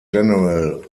general